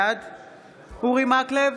בעד אורי מקלב,